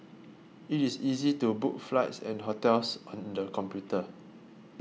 it is easy to book flights and hotels on the computer